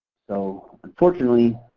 so, unfortunately,